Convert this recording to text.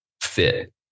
fit